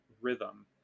rhythm